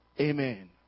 Amen